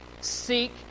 Seek